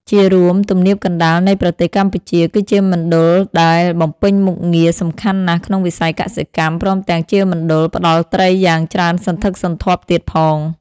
ជារួម ទំនាបកណ្ដាលនៃប្រទេសកម្ពុជា គឺជាមណ្ឌលដែលបំពេញមុខងារសំខាន់ណាស់ក្នុងវិស័យកសិកម្ម ព្រមទាំងជាមណ្ឌលផ្ដល់ត្រីយ៉ាងច្រើនសន្ធឹកសន្ធាប់ទៀតផង។